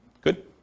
Good